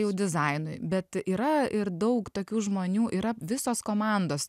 jau dizainui bet yra ir daug tokių žmonių yra visos komandos